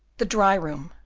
the dry-room,